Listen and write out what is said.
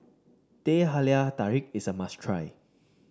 Teh Halia Tarik is a must try